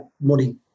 money